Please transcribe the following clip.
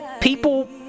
people